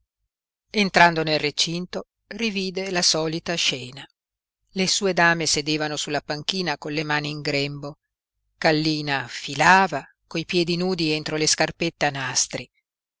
entrando nel recinto rivide la solita scena le sue dame sedevano sulla panchina con le mani in grembo kallina filava coi piedi nudi entro le scarpette a nastri